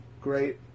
great